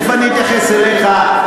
תכף אני אתייחס אליך.